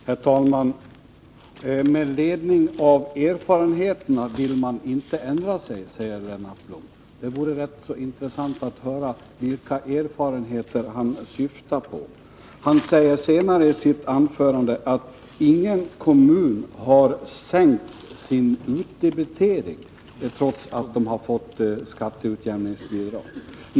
Herr talman! Med ledning av gjorda erfarenheter vill man inte ändra sig, säger Lennart Blom. Det vore rätt så intressant att höra vad det är för erfarenheter han syftar på. Han säger senare i sitt anförande att ingen kommun har sänkt sin utdebitering, trots att skatteutjämningsbidrag har utgått.